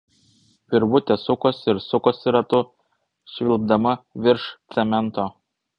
virvutė sukosi ir sukosi ratu švilpdama virš cemento